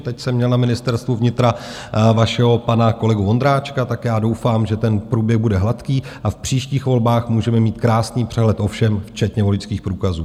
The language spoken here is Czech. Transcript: Teď jsem měl na Ministerstvu vnitra vašeho pana kolegu Vondráčka, tak doufám, že průběh bude hladký a v příštích volbách můžeme mít krásný přehled o všem, včetně voličských průkazů.